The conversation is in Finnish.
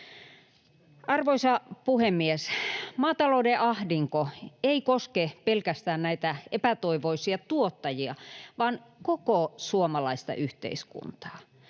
Arvoisa puhemies! Maatalouden ahdinko ei koske pelkästään näitä epätoivoisia tuottajia vaan koko suomalaista yhteiskuntaa.